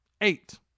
eight